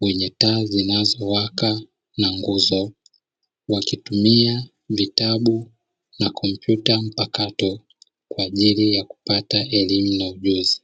wenye taa zinazowaka na nguzo, wakitumia vitabu na kompyuta mpakato kwa ajili ya kupata elimu na ujuzi.